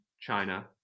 China